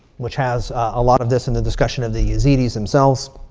which has a lot of this in the discussion of the yazidis themselves.